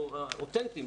אותנטיים,